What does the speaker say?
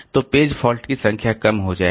तो page fault की संख्या कम हो जाएगी